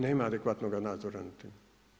Nema adekvatnoga nadzora nad tim.